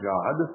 God